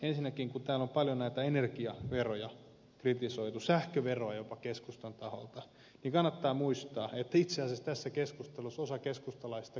ensinnäkin kun täällä on paljon näitä energiaveroja kritisoitu sähköveroa jopa keskustan taholta niin kannattaa muistaa että itse asiassa tässä keskustelussa osa keskustalaisista kritisoi omia päätöksiään